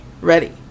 ready